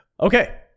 Okay